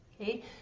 Okay